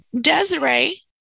Desiree